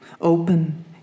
Open